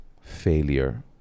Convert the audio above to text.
failure